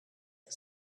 the